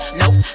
nope